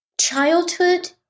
childhood